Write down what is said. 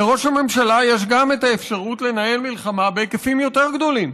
לראש הממשלה יש גם אפשרות לנהל מלחמה בהיקפים יותר גדולים.